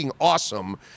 awesome